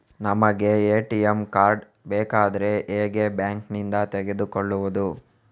ನಮಗೆ ATM card ಬೇಕಾದ್ರೆ ಹೇಗೆ ಬ್ಯಾಂಕ್ ನಿಂದ ತೆಗೆದುಕೊಳ್ಳುವುದು?